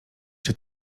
czy